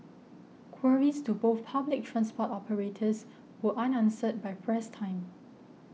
queries to both public transport operators were unanswered by press time